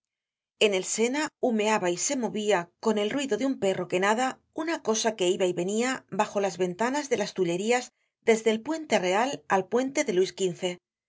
en el sena humeaba y se movia con el ruido de un perro que nada una cosa que iba y venia bajo las ventanas de las tullerías desde el puente real al puente de luis xv